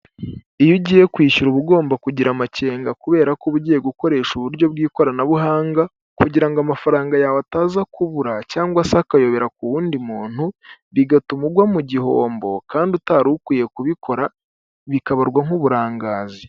Iyo ugiye kwishyura uba ugomba kugira amakenga kubera ko uba ugiye gukoresha uburyo bw'ikoranabuhanga kugira ngo amafaranga yawe ataza kubura cyangwa se akayobera ku wundi muntu bigatuma ugwa mu gihombo kandi utari ukwiye kubikora bikabarwa nk'uburangazi.